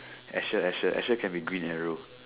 Asher Asher Asher can be green arrow